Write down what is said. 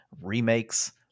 remakes